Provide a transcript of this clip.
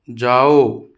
जाओ